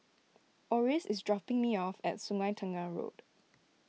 Oris is dropping me off at Sungei Tengah Road